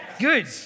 Good